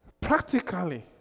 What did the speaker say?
Practically